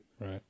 Right